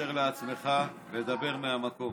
אתה תאשר לעצמך ודבר מהמקום.